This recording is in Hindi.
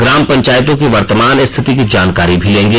ग्राम पंचायतों की वर्तमान स्थिति की जानकारी भी लेंगे